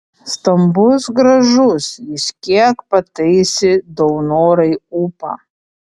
stambus gražus jis kiek pataisė daunorai ūpą